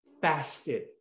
fasted